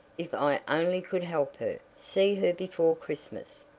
if i only could help her see her before christmas.